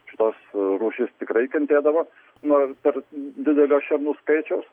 šitos rūšys tikrai kentėdavo na per didelio šernų skaičiaus